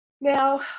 Now